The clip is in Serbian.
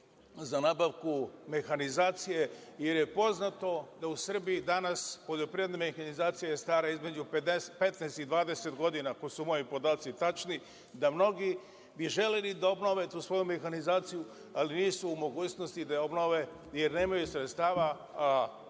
za nabavku mehanizacije, jer je poznato da je u Srbiji danas poljoprivredna mehanizacija stara između 15 i 20 godina, ako su moji podaci tačni, da bi mnogi želeli da obnove tu svoju mehanizaciju, ali nisu u mogućnosti da je obnove, jer nemaju sredstava,